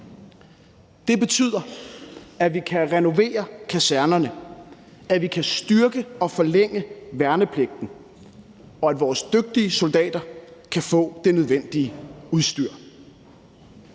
Det betyder, at vi kan renovere kasernerne, at vi kan styrke og forlænge værnepligten, og at vores dygtige soldater kan få det nødvendige udstyr.